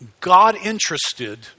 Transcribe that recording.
God-interested